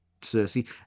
Cersei